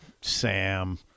Sam